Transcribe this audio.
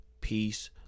Peace